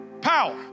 Power